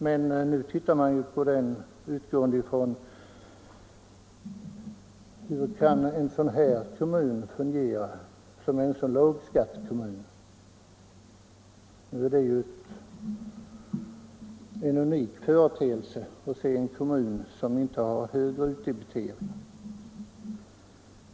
Men nu undrar man hur en kommun kan fungera med en så låg skatt. Nu är det en unik företeelse med en kommun som inte har högre utdebitering.